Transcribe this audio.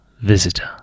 visitor